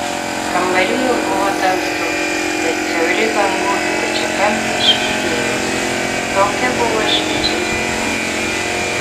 kambary jau buvo tamsu bet siauri langų stačiakampiai švytėjo lauke buvo šviežiai pasnigę